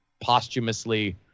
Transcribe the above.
posthumously